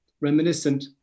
reminiscent